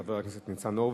חבר הכנסת ניצן הורוביץ,